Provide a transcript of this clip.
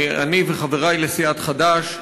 אני וחברי לסיעת חד"ש,